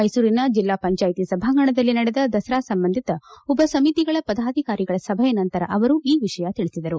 ಮೈಸೂರಿನ ಜಿಲ್ಲಾ ಪಂಚಾಯಿತಿ ಸಭಾಂಗಣದಲ್ಲಿ ನಡೆದ ದಸರಾ ಸಂಬಂಧಿತ ಉಪಸಮಿತಿಗಳ ಪದಾಧಿಕಾರಿಗಳ ಸಭೆಯ ನಂತರ ಅವರು ಈ ವಿಷಯ ತಿಳಿಸಿದರು